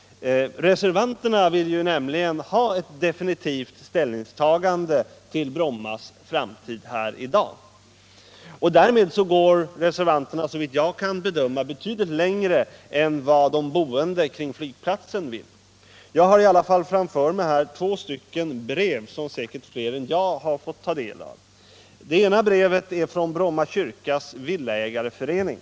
Reservanterna vill nämligen ha ett definitivt ställningstagande till Brommas framtid här i dag. Därmed går de, såvitt jag kan bedöma, betydligt längre än de boende kring flygplatsen vill. Jag vill i det sammanhanget åberopa två brev som säkert fler än jag har fått ta del av. Det ena brevet är från Bromma Kyrkas Villaägarförening.